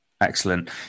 Excellent